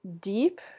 deep